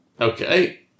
okay